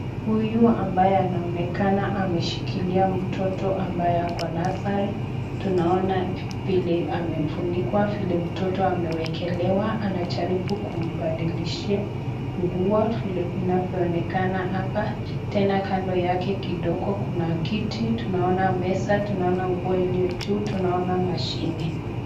Huyu ambaye anaonekana ameshikilia mtoto ambaye ako [nursery], tunaona vile amefunikwa, vile mtoto amewekelewa. Anajaribu kumbadilishia nguo vile inavyoonekana hapa tena kando yake kidogo kuna kiti, tunaona meza, tunaona nguo iliyo juu, tunaona mashine.